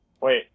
Wait